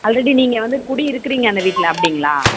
already நீங்கள் வந்து குடி இருக்குறீங்க அந்த வீட்டில் அப்படிங்களா